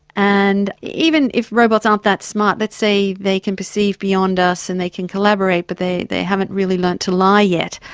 and even if robots aren't that smart, let's say they can perceive beyond us and they can collaborate, but they they haven't really learnt to lie yet,